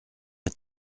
est